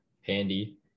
handy